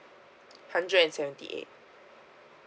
hundred and seventy eight